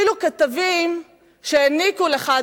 אפילו כתבים שהעניקו לך,